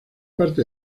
parte